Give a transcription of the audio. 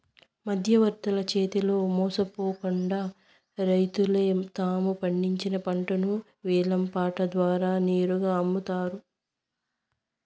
మధ్యవర్తుల చేతిలో మోసపోకుండా రైతులే తాము పండించిన పంటను వేలం పాట ద్వారా నేరుగా అమ్ముతారు